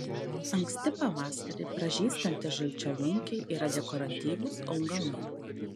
anksti pavasarį pražystantys žalčialunkiai yra dekoratyvūs augalai